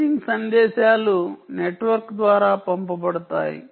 paging సందేశాలు network ద్వారా పంపబడతాయి